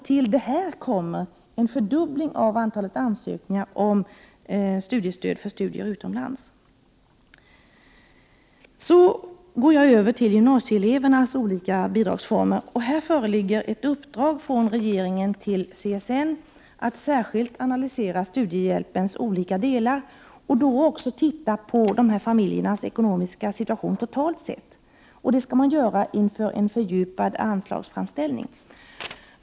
Till detta kommer en fördubbling av antalet ansökningar om studiestöd för studier utomlands. Så går jag över till frågan om de olika bidragsformerna för gymnasieelever. Här föreligger ett uppdrag från regeringen till CSN. Det handlar då om att särskilt analysera studiehjälpens olika delar och att i det sammanhanget titta på berörda familjers ekonomiska situation totalt sett. Här behövs det en fördjupad anslagsframställning.